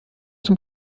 zum